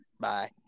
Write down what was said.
Bye